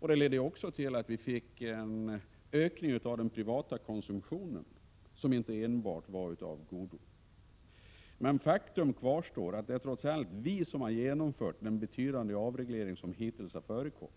och också till att vi fick en ökning av den privata konsumtionen som inte enbart var av godo. Men faktum kvarstår, att det trots allt är vi som har genomfört den betydande avreglering som hittills har förekommit.